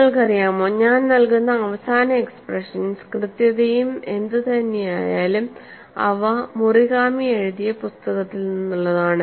നിങ്ങൾക്കറിയാമോ ഞാൻ നൽകുന്ന അവസാന എക്സ്പ്രഷൻസ് കൃത്യതയും എന്തുതന്നെയായാലും ഇവ മുറികാമി എഴുതിയ പുസ്തകത്തിൽ നിന്നുള്ളതാണ്